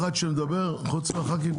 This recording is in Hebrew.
שלום לכולם.